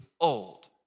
old